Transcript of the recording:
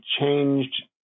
changed